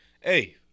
Hey